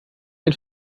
ein